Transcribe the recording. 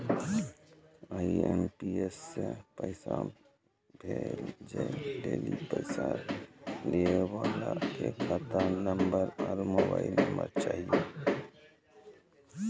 IMPS से पैसा भेजै लेली पैसा लिये वाला के खाता नंबर आरू मोबाइल नम्बर चाहियो